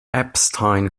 epstein